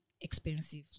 expensive